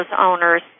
owners